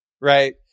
right